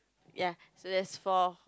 ya so there's four